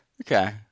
Okay